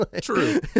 True